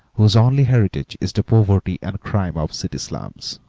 whose only heritage is the poverty and crime of city slums.